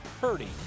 Purdy